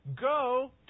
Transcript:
go